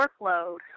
workload